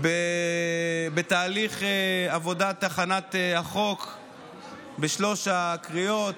בתהליך עבודת הכנת החוק בשלוש הקריאות.